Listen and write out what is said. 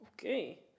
Okay